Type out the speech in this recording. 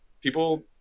people